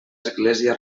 església